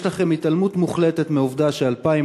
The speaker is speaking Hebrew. יש אצלכם התעלמות מוחלטת מהעובדה ש-2,000